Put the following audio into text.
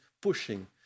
pushing